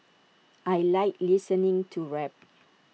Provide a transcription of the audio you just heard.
I Like listening to rap